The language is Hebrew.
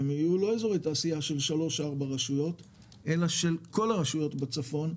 אני מציע שהם לא יהיו רק של שלוש-ארבע רשויות אלא של כל הרשויות בצפון.